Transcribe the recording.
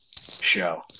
show